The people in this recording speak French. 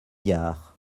biard